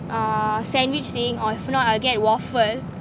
uh sandwich thing or if not I'll get waffle